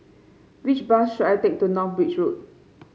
which bus should I take to North Bridge Road